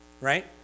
right